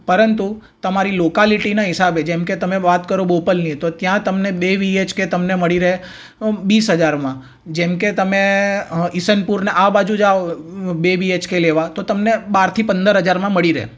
પરંતુ તમારી લોકાલિટીના હિસાબે જેમ કે તમે વાત કરો બોપલની તો ત્યાં તમને બે બીએચકે તમને મળી રહે બીસ હજારમાં જેમ કે તમે ઇસનપુરને આ બાજુ જાઓ બે બીએચકે લેવા તો તમને બારથી પંદર હજારમાં મળી રહે